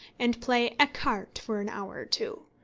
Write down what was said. and play ecarte for an hour or two.